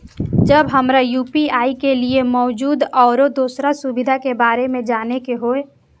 जब हमरा यू.पी.आई के लिये मौजूद आरो दोसर सुविधा के बारे में जाने के होय?